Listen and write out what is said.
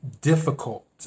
difficult